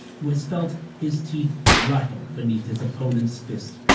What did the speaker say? who has felt his teeth rattle beneath his opponent's fist,